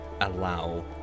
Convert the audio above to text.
allow